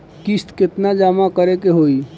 किस्त केतना जमा करे के होई?